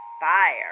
fire